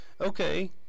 okay